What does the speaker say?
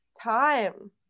time